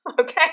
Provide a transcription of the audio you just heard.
Okay